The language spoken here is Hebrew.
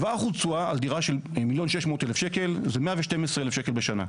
7% תשואה על דירה של 1.6 מיליון שקלים זה 112,000 שקלים בשנה.